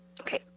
Okay